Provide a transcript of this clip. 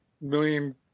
million